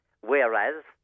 whereas